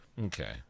okay